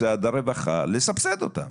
משרד הרווחה סבסדנו אותם